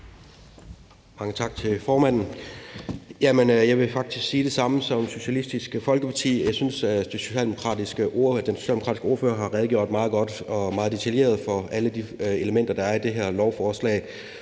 Mange tak til formanden. Jeg vil faktisk sige det samme som ordføreren fra Socialistisk Folkeparti. Jeg synes, den socialdemokratiske ordfører har redegjort meget godt og detaljeret for alle de elementer, der er i det her lovforslag,